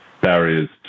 barriers